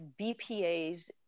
BPAs